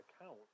account